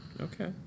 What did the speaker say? okay